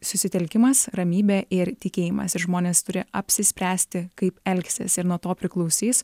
susitelkimas ramybė ir tikėjimas žmonės turi apsispręsti kaip elgsis ir nuo to priklausys